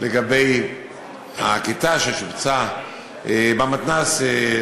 לגבי הכיתה ששובצה במתנ"ס,